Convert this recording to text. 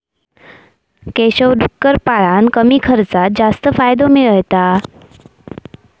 केशव डुक्कर पाळान कमी खर्चात जास्त फायदो मिळयता